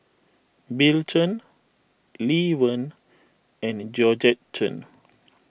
Bill Chen Lee Wen and Georgette Chen